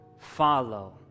follow